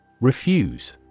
Refuse